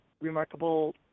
remarkable